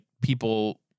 people